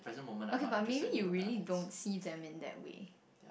okay but maybe you really don't see them in that way